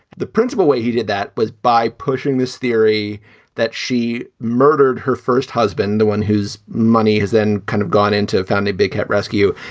the principal way he did that was by pushing this theory that she murdered her first husband, the one whose money has then kind of gone into found a big hit rescue.